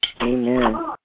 Amen